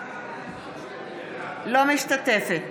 אינה משתתפת